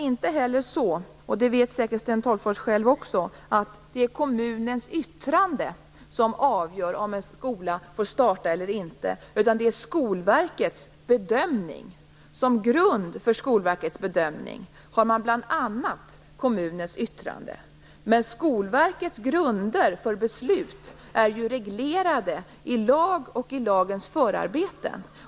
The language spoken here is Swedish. Sten Tolgfors vet säkert också att det inte är kommunens yttrande som avgör om en skola får starta eller inte, utan det är fråga om Skolverkets bedömning. Som grund för Skolverkets bedömning finns bl.a. kommunens yttrande. Skolverkets grunder för beslut är reglerade i lag och i lagens förarbeten.